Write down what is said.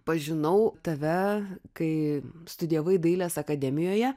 pažinau tave kai studijavai dailės akademijoje